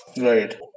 right